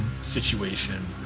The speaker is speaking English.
situation